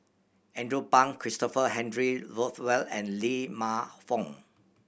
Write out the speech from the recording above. Andrew Phang Christopher Henry Rothwell and Lee Man Fong